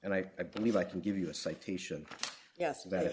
and i believe i can give you a citation yes that